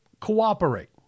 Cooperate